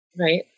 right